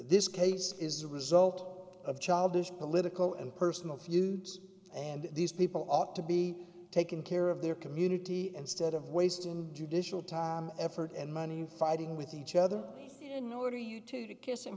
this case is the result of childish political and personal views and these people ought to be taken care of their community and stead of wastin judicial time effort and money in fighting with each other nor do you two to kiss in